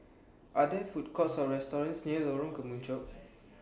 Are There Food Courts Or restaurants near Lorong Kemunchup